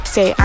Say